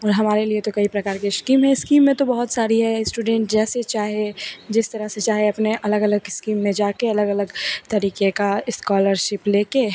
और हमारे लिए तो कई प्रकार की इश्कीम है इस्कीमें तो बहुत सारी है इस्टूडेंट जैसे चाहे जिस तरह से चाहे अपने अलग अलग इस्कीम में जाकर अलग अलग तरीके का इस्कॉलरशिप लेकर